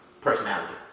personality